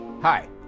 hi